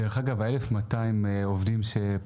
המנכ"ל דיבר על 1,200 עובדים שפרשו.